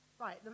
Right